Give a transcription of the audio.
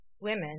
women